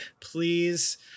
please